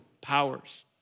powers